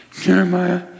Jeremiah